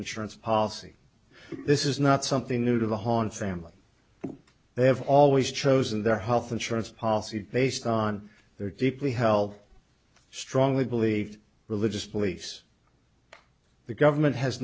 insurance policy this is not something new to the horn family they have always chosen their health insurance policy based on their deeply held strongly believed religious beliefs the government has